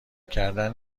کردن